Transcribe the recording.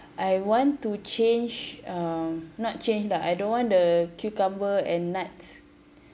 I want to change uh not change lah I don't want the cucumber and nuts